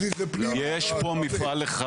יש פה מפעל אחד.